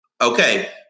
Okay